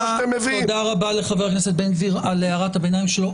תודה רבה לחבר הכנסת בן גביר על הערת הביניים שלו.